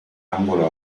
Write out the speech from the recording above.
angolo